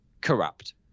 corrupt